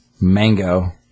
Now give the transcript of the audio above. mango